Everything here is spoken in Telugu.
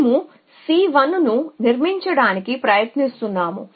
మేము C1 ను నిర్మించటానికి ప్రయత్నిస్తున్నాము